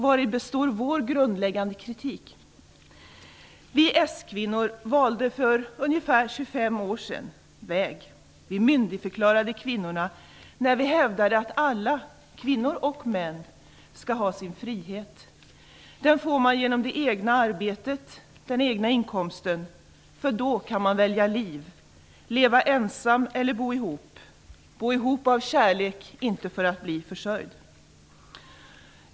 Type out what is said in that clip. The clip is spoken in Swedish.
Vari består vår grundläggande kritik? Vi s-kvinnor valde väg för ungefär 25 år sedan. Vi myndigförklarade kvinnorna när vi hävdade att alla, kvinnor och män, skall ha sin frihet. Den får man genom det egna arbetet, den egna inkomsten. Då kan man välja liv, välja att leva ensam eller att bo ihop av kärlek och inte för att bli försörjd.